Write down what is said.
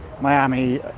Miami